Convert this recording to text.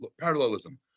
parallelism